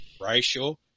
racial